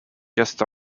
guest